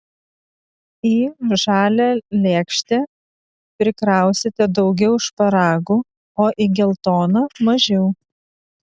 į žalią lėkštę prikrausite daugiau šparagų o į geltoną mažiau